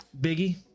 biggie